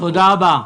תודה רבה.